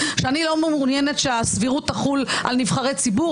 שאני לא מעוניינת שהסבירות תחול על נבחרי ציבור,